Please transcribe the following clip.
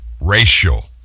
racial